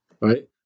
Right